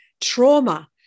trauma